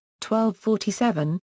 1247